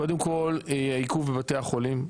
קודם כל עיכוב בבתי החולים,